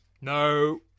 no